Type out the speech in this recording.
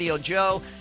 Joe